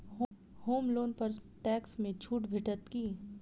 होम loan पर tax मे छुट भेटत की